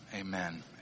amen